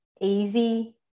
easy